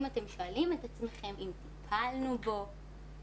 אם אתם שואלים את עצמכם אם טיפלנו בו בגליל,